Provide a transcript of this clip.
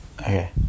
Okay